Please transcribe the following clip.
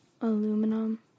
aluminum